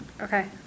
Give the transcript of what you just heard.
Okay